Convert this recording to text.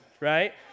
right